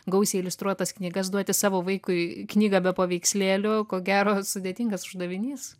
gausiai iliustruotas knygas duoti savo vaikui knygą be paveikslėlių ko gero sudėtingas uždavinys